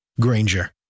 Granger